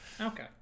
Okay